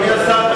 אדוני השר,